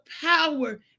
power